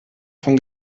von